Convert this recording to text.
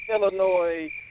Illinois